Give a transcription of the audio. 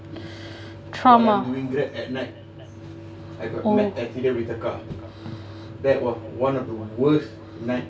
trauma oh